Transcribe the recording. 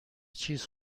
چیز